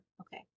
Okay